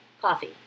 coffee